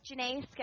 Janae